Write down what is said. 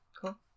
Cool